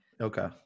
okay